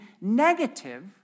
negative